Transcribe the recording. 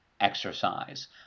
exercise